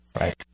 Right